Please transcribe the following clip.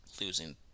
losing